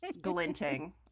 glinting